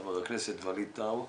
חבר הכנסת ווליד טאהא,